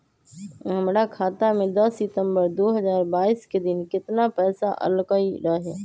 हमरा खाता में दस सितंबर दो हजार बाईस के दिन केतना पैसा अयलक रहे?